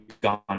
gone